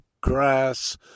grass